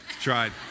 tried